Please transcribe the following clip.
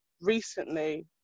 recently